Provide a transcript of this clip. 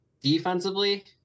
defensively